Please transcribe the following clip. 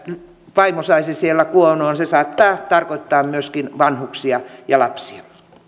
vaimo saisi siellä kuonoon se saattaa tarkoittaa myös myöskin vanhuksia ja lapsia